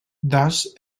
das